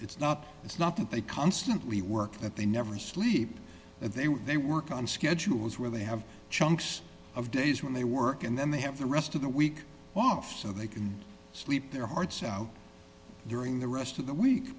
it's not it's not that they constantly work that they never sleep if they work on schedules really have chunks of days when they work and then they have the rest of the week off so they can sleep their hearts out during the rest of the week